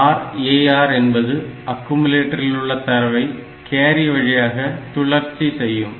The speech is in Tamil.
RAR என்பது அக்குமுலேட்டரிலுள்ள தரவை கேரி வழியாக சுழற்சி செய்யும்